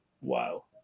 wow